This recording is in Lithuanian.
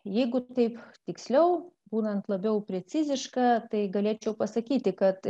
jeigu taip tiksliau būnant labiau preciziška tai galėčiau pasakyti kad